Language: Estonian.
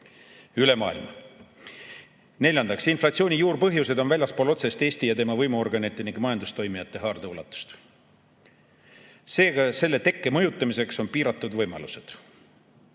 üle maailma. Neljandaks, inflatsiooni juurpõhjused on väljaspool otsest Eesti ja tema võimuorganite ning majandustoimijate haardeulatust. Seega on selle tekke mõjutamiseks piiratud võimalused,